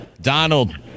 Donald